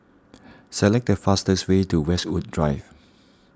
select the fastest way to Westwood Drive